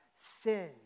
sin